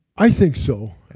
i think so.